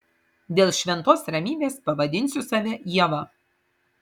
dėl šventos ramybės pavadinsiu save ieva